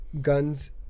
guns